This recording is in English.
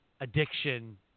addiction